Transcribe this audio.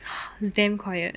is damn quiet